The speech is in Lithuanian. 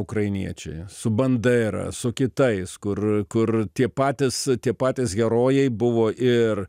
ukrainiečiai su bandera su kitais kur kur tie patys tie patys herojai buvo ir